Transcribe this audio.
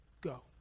go